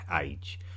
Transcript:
age